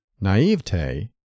Naivete